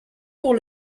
pour